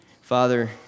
Father